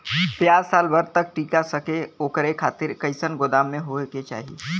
प्याज साल भर तक टीका सके ओकरे खातीर कइसन गोदाम होके के चाही?